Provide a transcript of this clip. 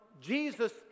Jesus